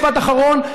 משפט אחרון.